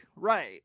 Right